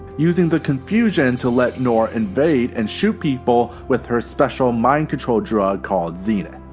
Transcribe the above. using the confusion to let nor invade and shot people with her special mind control drug called zenith.